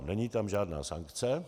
Není tam žádná sankce.